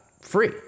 free